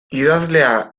idazlea